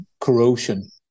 corrosion